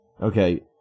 Okay